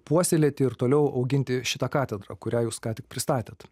puoselėti ir toliau auginti šitą katedrą kurią jūs ką tik pristatėt